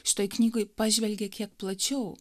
šitoj knygoj pažvelgė kiek plačiau